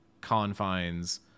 confines